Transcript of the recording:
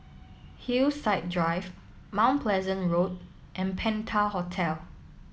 Hillside Drive Mount Pleasant Road and Penta Hotel